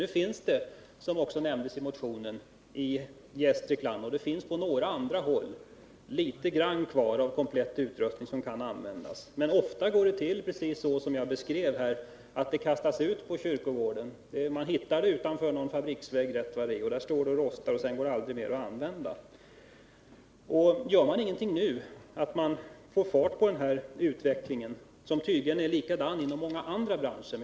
Nu finns det, som också nämns i motionen, i Gästrikland och på några andra håll kvar litet grand av komplett utrustning som kan användas. Men ofta går det till så som jag beskrev, att utrustningen kastas ut på kyrkogården. Man hittar den rätt vad det är utanför någon fabriksvägg, och där står den och rostar och går aldrig mer att använda. Man måste göra någonting nu för att få fart på utvecklingen, som tydligen är likadan inom många andra branscher.